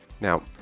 Now